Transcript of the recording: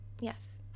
Yes